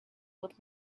with